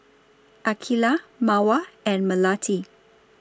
Aqeelah Mawar and Melati